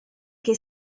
che